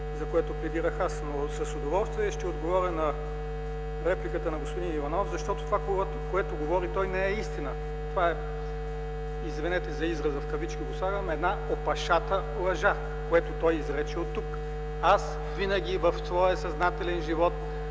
за което пледирах аз. С удоволствие ще отговоря на репликата на господин Иванов, защото това, което говори той, не е истина. Това е – извинете за израза, ще го сложа в кавички – една опашата лъжа, която той изрече оттук. Винаги в своя съзнателен живот